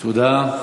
תודה.